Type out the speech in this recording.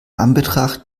anbetracht